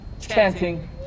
chanting